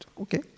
okay